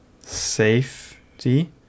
Safety